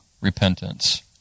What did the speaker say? repentance